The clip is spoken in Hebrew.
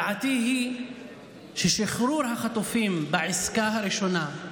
דעתי היא ששחרור החטופים בעסקה הראשונה,